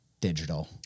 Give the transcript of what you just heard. digital